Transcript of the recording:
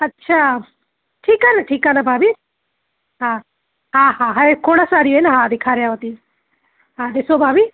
अच्छा ठीकु आहे न ठीकु आहे न भाभी हा हा हा हर खोण सारियूं हिन हा ॾेखारियांव थी हा ॾिसो भाभी